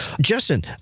Justin